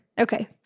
Okay